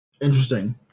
Interesting